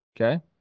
Okay